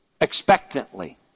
expectantly